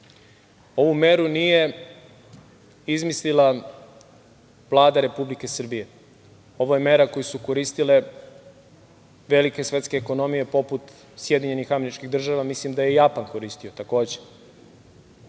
ovu meru nije izmislila Vlada Republike Srbije, ovo je mera koju su koristile velike svetske ekonomije poput SAD, a mislim da je i Japan koristio takođe.